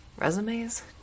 Resumes